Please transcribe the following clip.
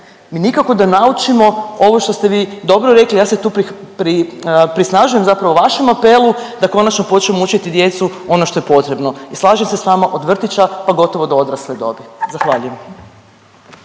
Mi nikako da naučimo ovo što ste vi dobro rekli, ja se tu prisnažujem zapravo vašem apelu da konačno počnemo učiti djecu ono što je potrebno. I slažem se sa vama od vrtića pa gotovo do odrasle dobi. Zahvaljujem.